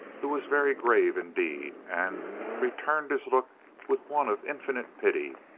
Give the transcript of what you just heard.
who was very grave, indeed, and returned his look with one of infinite pity,